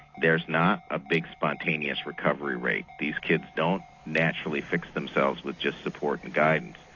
there's not a big spontaneous recovery rate, these kids don't naturally fix themselves with just support and guidance.